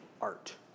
art